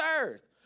earth